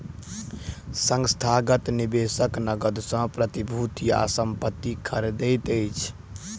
संस्थागत निवेशक नकद सॅ प्रतिभूति आ संपत्ति खरीदैत अछि